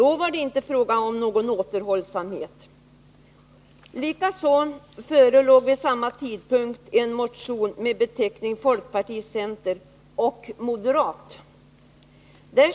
Då var det inte fråga om någon återhållsamhet. Likaså förelåg vid samma tidpunkt en motion från center-, folkpartioch moderatledamöter.